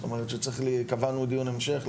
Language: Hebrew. קבענו דיון המשך,